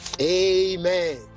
amen